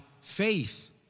faith